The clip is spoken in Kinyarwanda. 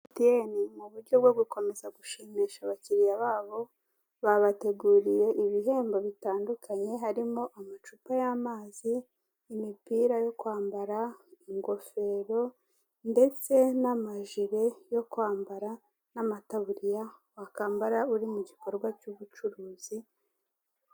MTN mu buryo bwo gukomeza gushimisha abakiriya babo ,babateguriye ibihembo bitandukanye harimo amacupa y'amazi, imipira yo kwambara, ingofero ndetse n'amajire yo kwambara n'amataburiya wa kambara uri mu gikorwa cy'ubucuruzi.